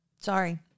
sorry